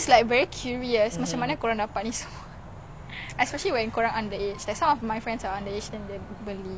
wait you have an island there !wow! that's so cool